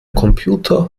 computer